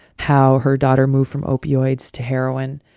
how her daughter moved from opioids to heroin,